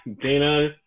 Dana